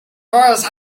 voice